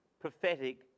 prophetic